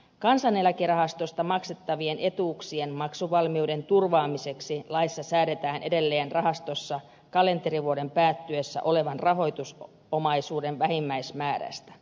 kansaneläkerahastosta maksettavien etuuksien maksuvalmiuden turvaamiseksi laissa säädetään edelleen rahastossa kalenterivuoden päättyessä olevan rahoitusomaisuuden vähimmäismäärästä